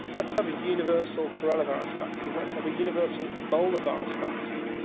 let's have a universal coronavirus vaccine. let's have a universal ebola virus vaccine.